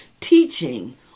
teaching